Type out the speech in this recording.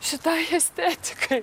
šitai estetikai